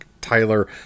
Tyler